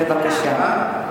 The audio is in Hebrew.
בבקשה.